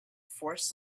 forced